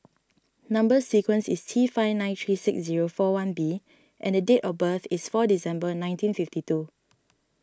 Number Sequence is T five nine three six zero four one B and date of birth is four December nineteen fifty two